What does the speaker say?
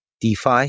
DeFi